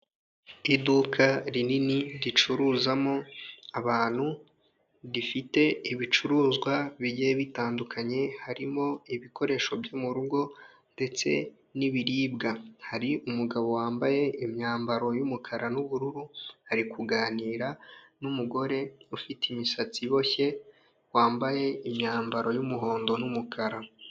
Iduka rinini ricuruzamo abantu rifite ibicuruzwa bijyeye bitandukanye, harimo ibikoresho byo murugo, ndetse n'ibiribwa hari umugabo wambaye imyambaro y'umukara, n'ubururu ari kuganira n'umugore ufite imisatsi iboshye wambaye imyambaro y'umuhondo n'umukara.